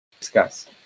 discuss